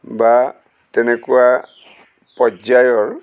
বা তেনেকুৱা পৰ্যায়ৰ